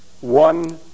one